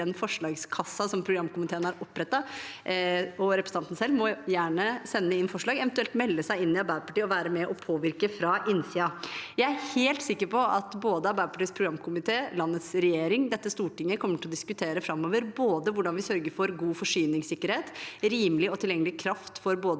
forslagskassen som programkomiteen har opprettet, og representanten selv må gjerne sende inn forslag, eventuelt melde seg inn i Arbeiderpartiet og være med og påvirke fra innsiden. Jeg er helt sikker på at både Arbeiderpartiets programkomité, landets regjering og dette Stortinget framover kommer til å diskutere både hvordan vi sørger for god forsyningssikkerhet, rimelig og tilgjengelig kraft for både